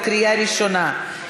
בקריאה ראשונה.